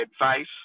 advice